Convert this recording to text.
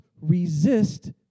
resist